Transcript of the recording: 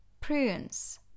Prunes